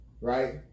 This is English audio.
right